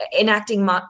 enacting